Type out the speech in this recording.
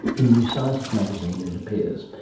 in new scientist magazine it appears.